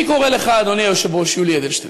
אני קורא לך, אדוני היושב-ראש יולי אדלשטיין,